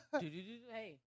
Hey